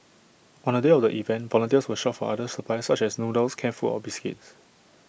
on the day of the event volunteers will shop for other supplies such as noodles canned food or biscuits